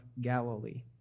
Galilee